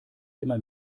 immer